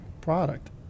product